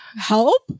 Help